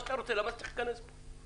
למה זה צריך להיכנס פה?